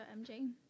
MJ